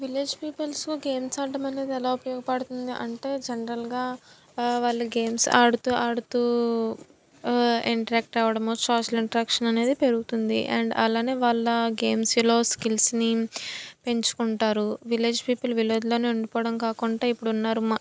village peoples games ఆడ్డమనేది ఎలా ఉపయోగపడుతుంది అంటే జనరల్గా వాళ్ళు గేమ్స్ ఆడుతూ ఆడుతూ ఆ ఇంట్రాక్ట్ అవ్వడం సోషల్ ఇంట్రాక్షన్ అనేది పెరుగుతుంది అండ్ అలానే వాళ్ళ గేమ్స్లో స్కిల్స్ని పెంచుకుంటారు విలేజ్ పీపుల్ విలేజ్లోనే ఉండిపోవడం కాకుంటా ఇప్పుడున్నారు